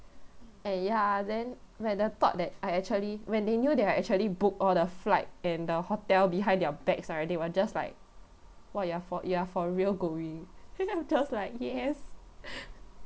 and ya then when the thought that I actually when they knew that I actually booked all the flight and the hotel behind their backs right they were just like !wah! you're for you're for real going just like yes